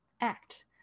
act